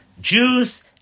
Jews